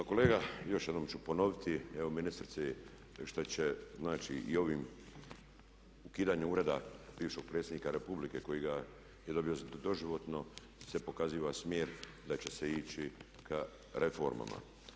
Pa kolega još jednom ću ponoviti, evo ministrici što će znači i ovim ukidanjem ureda bivšeg predsjednika Republike koji ga je dobio doživotno se pokazuje smjer da će se ići ka reformama.